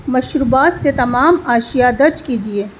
مشروبات سے تمام اشیا درج کیجیے